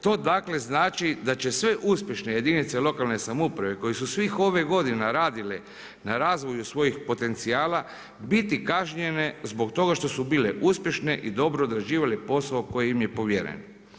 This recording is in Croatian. To dakle znači da će sve uspješne jedinice lokalne samouprave koji su svih ovih godina radili na razvoju svojih potencijala biti kažnjene zbog toga što su bile uspješne i dobro odrađivale posao koji im je povjeren.